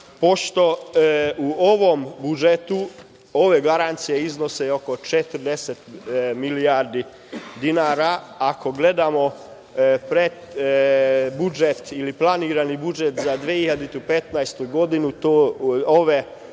u ovom budžetu ove garancije iznose 40 milijardi dinara, ako gledamo budžet ili planirani budžet za 2015. godinu,